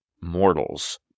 mortals